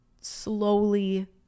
slowly